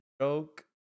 joke